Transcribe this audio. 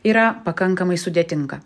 yra pakankamai sudėtinga